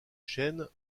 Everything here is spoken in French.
chaînes